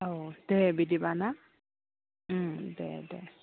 औ दे बिदिब्ला ना दे दे